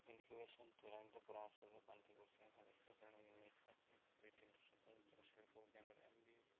incubation ତ୍ୱରାନିତ ପରାମର୍ଶ ପାଣ୍ଠି ଗୋସିଙ୍ଘା ସ୍ୱତନ୍ତ୍ର ଶିଳ୍ପ ଉଦ୍ୟାନରେ ଏମ ବି ଏ